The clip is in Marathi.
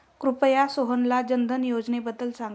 कृपया सोहनला जनधन योजनेबद्दल सांगा